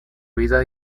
vida